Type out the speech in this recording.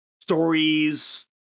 stories